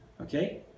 Okay